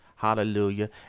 Hallelujah